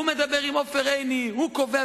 הוא מדבר עם עופר עיני, הוא קובע.